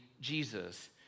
Jesus